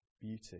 beauty